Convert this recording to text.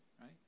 right